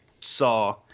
saw